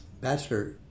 Bachelor